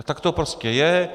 Tak to prostě je.